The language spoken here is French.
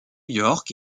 york